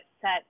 set